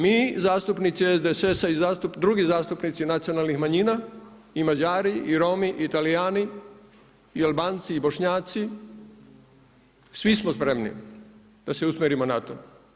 Mi zastupnici SDSS-a i drugi zastupnici nacionalnih manjina i Mađari i Romi i Talijani i Albanci i Bošnjaci, svi smo spremni da se usmjerimo na to.